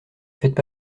faites